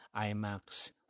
IMAX